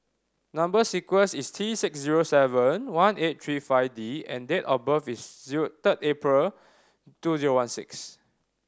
number sequence is T six zero seven one eight three five D and date of birth is zero third April two zero one six